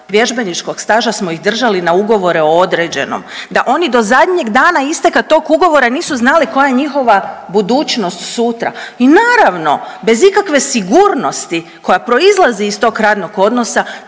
vježbeničkog staža smo ih držali na ugovore o određenom, da oni do zadnjeg dana isteka tog ugovora nisu znali koja je njihova budućnost sutra. I naravno, bez ikakve sigurnosti koja proizlazi iz tog radnog odnosa